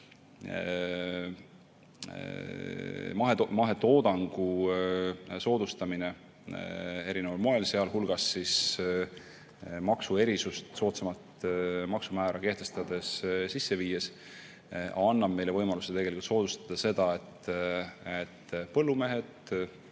mahetoodangu soodustamine erineval moel, sealhulgas maksuerisust, soodsamat maksumäära kehtestades, sisse viies, annab meile võimaluse soodustada seda, et põllumehed,